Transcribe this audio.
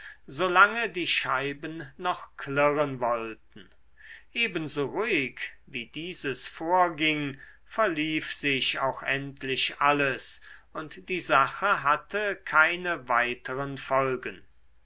solange die scheiben noch klirren wollten ebenso ruhig wie dieses vorging verlief sich auch endlich alles und die sache hatte keine weiteren folgen